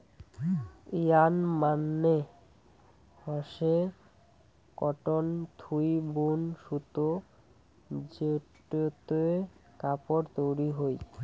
yarn মানে হসে cotton থুই বুন সুতো যেটোতে কাপড় তৈরী হই